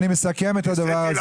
לא